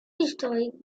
historique